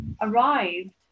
arrived